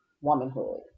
womanhood